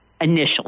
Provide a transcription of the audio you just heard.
initially